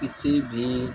किसी भी